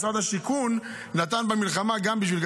משרד השיכון נתן במלחמה גם בשביל זה,